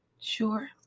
Sure